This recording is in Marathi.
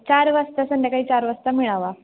चार वाजता संध्याकाळी चार वाजता मिळावा